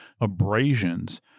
abrasions